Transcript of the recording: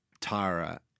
Tara